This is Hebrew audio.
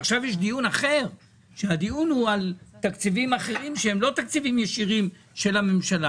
עכשיו הדיון הוא על תקציבים אחרים שהם לא תקציבים ישירים של הממשלה.